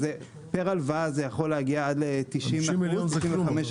פר הלוואה זה יכול להגיע עד ל-95 אחוז -- 50 מיליון זה כלום,